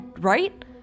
right